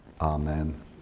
Amen